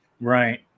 Right